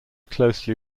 closely